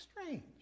strange